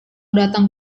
datang